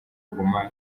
kuguma